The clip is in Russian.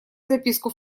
записку